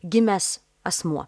gimęs asmuo